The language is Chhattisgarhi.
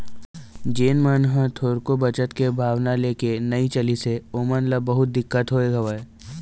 जेन मन ह थोरको बचत के भावना लेके नइ चलिस हे ओमन ल बहुत दिक्कत होय हवय